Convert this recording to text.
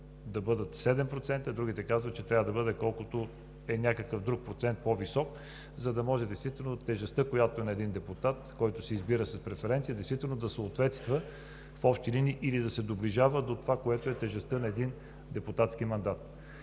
да бъдат 7%, а другите казвате, че трябва да бъде колкото е някакъв друг процент по-висок, за да може действително тежестта, която е на един депутат, който се избира с преференция, да съответства в общи линии или да се доближава до това, което е тежестта на един депутатски мандат.